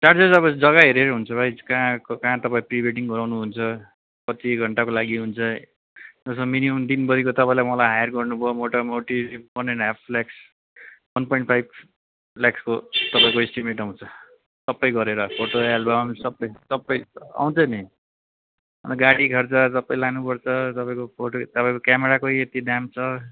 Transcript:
charges अब जग्गा हेरीहेरी हुन्छ भाइ कहाँको कहाँ तपाईँ प्रिवेडिङ गराउनुहुन्छ कति घन्टाको लागि हुन्छ जसमा मिनिमम दिनभरिको तपाईँलाई मलाई हायर गर्नुभयो मोटामोटी one and half lakhs one point five ल्याक्सको तपाईँको इस्टिमेट आउँछ सबै गरेर फोटो एल्बम सबै सबै आउँछ नि अन्त गाडी खर्च सबै लानुपर्छ तपाईँको फोटो तपाईँको क्यामराको यति दाम छ